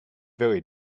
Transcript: very